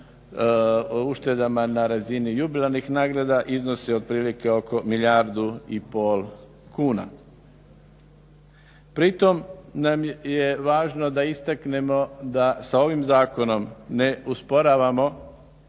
uštedama na razini jubilarnih nagrada iznosi otprilike oko milijardu i pol kuna. Pritom nam je važno da istaknemo da sa ovim zakonom ne usporavamo